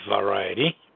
Variety